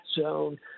zone